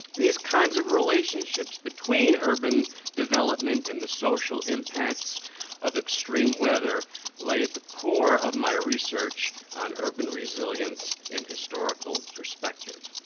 these kinds of relationships between urban development and the social impacts of extreme weather lay at the core of my research on urban resilience in historical perspective.